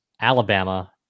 Alabama